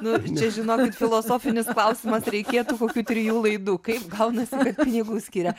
nu čia žinokit filosofinis klausimas reikėtų kokių trijų laidų kaip gaunasi kad pinigų skiria